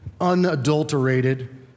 unadulterated